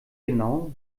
genau